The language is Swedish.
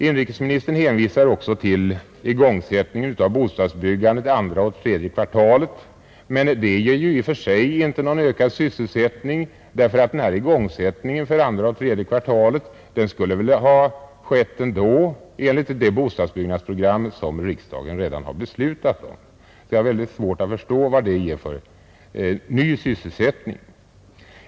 Inrikesministern hänvisar också till igångsättningen av bostadsbyggandet under andra och tredje kvartalet, men denna igångsättning ger ju i och för sig inte någon ökad sysselsättning, för den skulle väl ha skett ändå enligt det bostadsbyggnadsprogram som riksdagen redan har beslutat om. Jag har därför mycket svårt att förstå vad det ger för ny sysselsättning.